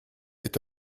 est